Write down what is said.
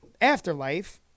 Afterlife